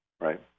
Right